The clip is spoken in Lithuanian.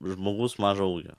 žmogus mažo ūgio